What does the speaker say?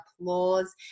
applause